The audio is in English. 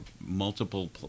multiple